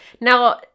Now